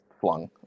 flung